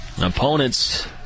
opponent's